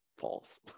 false